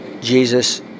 Jesus